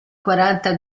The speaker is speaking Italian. quaranta